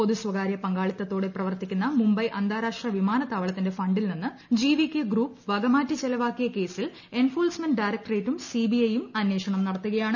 പൊതു സ്വകാര്യ പങ്കാളിത്തതോടെ പ്രവർത്തിക്കുന്ന മുംബൈ അന്താരാഷ്ട്ര വിമാനത്താവളത്തിന്റെ ഫണ്ടിൽ നിന്ന് ജി വി കെ ഗ്രൂപ്പ് വകമാറ്റി ചെലവാക്കിയ കേസിൽ എൻഫോഴ്സ്മെന്റ് ഡയറ്റ്കൂറ്റേറ്റും സി ബി ഐയും അന്വേഷണം നടത്തുകയാണ്